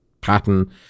pattern